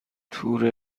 تور